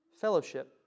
fellowship